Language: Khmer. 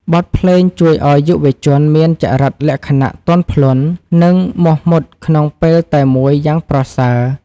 បទភ្លេងជួយឱ្យយុវជនមានចរិតលក្ខណៈទន់ភ្លន់ និងមោះមុតក្នុងពេលតែមួយយ៉ាងប្រសើរ។